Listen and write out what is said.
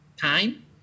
time